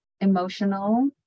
emotional